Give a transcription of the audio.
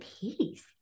peace